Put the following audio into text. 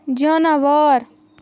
جاناوار